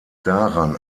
daran